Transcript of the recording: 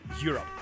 Europe